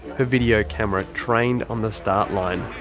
her video camera trained on the start line.